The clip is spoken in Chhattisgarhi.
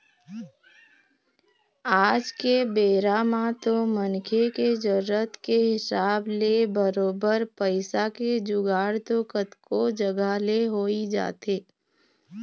आज के बेरा म तो मनखे के जरुरत के हिसाब ले बरोबर पइसा के जुगाड़ तो कतको जघा ले होइ जाथे